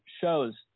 shows